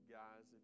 guys